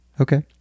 Okay